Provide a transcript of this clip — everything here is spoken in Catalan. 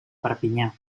perpinyà